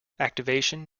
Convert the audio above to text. activation